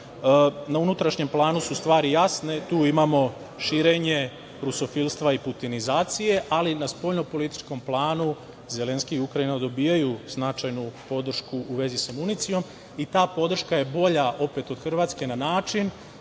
unutrašnjem planu su stvari jasne, tu imamo širenje rusofilstva i putinizacije, ali na spoljnopolitičkom planu Zelenski i Ukrajina dobijaju značajnu podršku u vezi sa municijom i ta podrška je bolja opet od Hrvatske na način